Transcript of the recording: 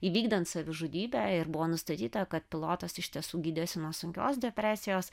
įvykdant savižudybę ir buvo nustatyta kad pilotas iš tiesų gydėsi nuo sunkios depresijos